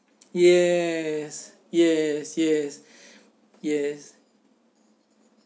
yes yes yes yes